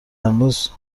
امروز